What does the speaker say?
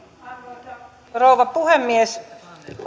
arvoisa rouva puhemies